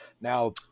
Now